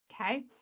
Okay